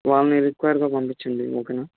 వాళ్ళని రిక్వయిర్గా పంపించండి ఓకేనా